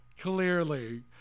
Clearly